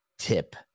Tip